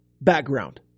background